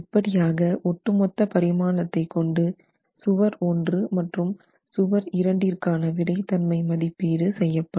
இப்படியாக ஒட்டு மொத்த பரிமாணத்தை கொண்டு சுவர் 1 மற்றும் சுவர் 2 இரண்டிற்கான விறைத்தன்மை மதிப்பீடு செய்யப்படும்